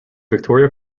victoria